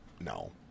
No